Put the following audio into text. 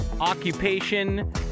occupation